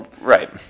Right